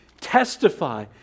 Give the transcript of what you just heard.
testify